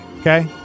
Okay